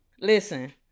Listen